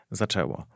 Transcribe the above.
zaczęło